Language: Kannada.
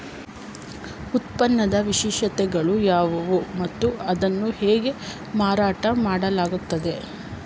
ಉತ್ಪನ್ನದ ವಿಶೇಷತೆಗಳು ಯಾವುವು ಮತ್ತು ಅದನ್ನು ಹೇಗೆ ಮಾರಾಟ ಮಾಡಲಾಗುತ್ತದೆ?